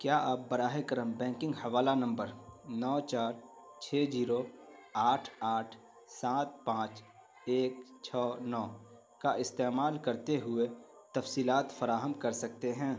کیا آپ براہ کرم بینکنگ حوالہ نمبر نو چار چھ جیرو آٹھ آٹھ سات پانچ ایک چھ نو کا استعمال کرتے ہوئے تفصیلات فراہم کر سکتے ہیں